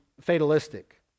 fatalistic